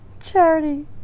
Charity